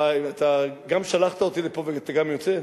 אתה גם שלחת אותי לפה ואתה גם יוצא?